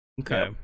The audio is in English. Okay